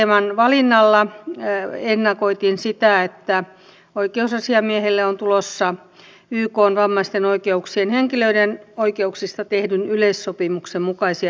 tällä teeman valinnalla ennakoitiin sitä että oikeusasiamiehelle on tulossa ykn vammaisten henkilöiden oikeuksista tehdyn yleissopimuksen mukaisia erityistehtäviä